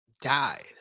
died